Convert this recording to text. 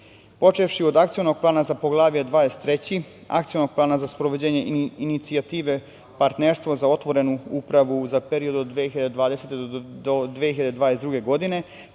počevši od Akcionog plana za Poglavlje 23, Akcionog plana za sprovođenje Inicijative partnerstvo za otvorenu upravu za period 2020. do 2022. godine,